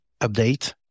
update